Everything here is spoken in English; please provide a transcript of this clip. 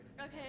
Okay